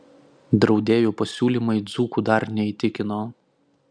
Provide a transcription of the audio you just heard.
draudėjų pasiūlymai dzūkų dar neįtikino